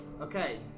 Okay